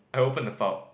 I opened the file